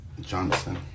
Johnson